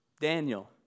Daniel